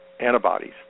antibodies